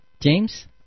James